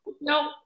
No